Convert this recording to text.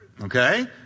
Okay